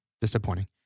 disappointing